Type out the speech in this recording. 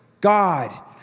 God